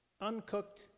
uncooked